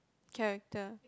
character